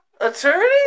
Attorney